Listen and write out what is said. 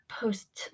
post